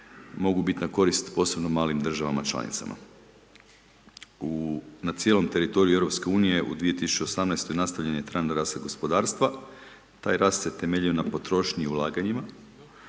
mogu biti na korist posebno malim državama članicama. Na cijelom teritoriju Europske unije u 2018. nastavljen je trend rasta gospodarstva, taj rast se temeljio na potrošnji i ulaganjima.